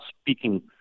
speaking